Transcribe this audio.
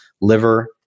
liver